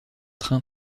train